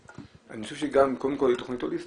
אני חושב קודם כל שזו תכנית הוליסטית,